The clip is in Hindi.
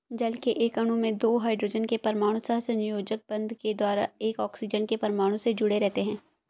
जल के एक अणु में दो हाइड्रोजन के परमाणु सहसंयोजक बंध के द्वारा एक ऑक्सीजन के परमाणु से जुडे़ रहते हैं